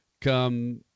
come